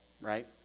right